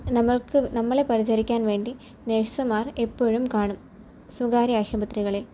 നമ്മൾക്ക് നമ്മളെ പരിചരിക്കാൻ വേണ്ടി നെഴ്സ്സുമാർ എപ്പോഴും കാണും സ്വകാര്യ ആശുപത്രികളിൽ